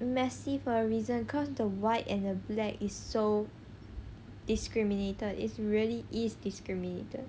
messy for a reason cause the white and the black is so discriminated is really is discriminated